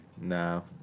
No